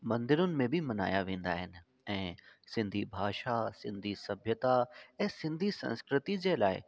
मंदिरूनि में बि मल्हायां वेंदा आहिनि ऐं सिंधी भाषा सिंधी सभ्यता ऐं सिंधी संस्कृति जे लाइ